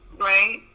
Right